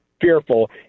fearful